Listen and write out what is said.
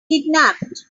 kidnapped